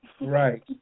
Right